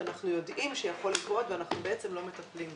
שאנחנו יודעים שיכול לקרות ובעצם לא מטפלים בו.